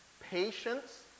patience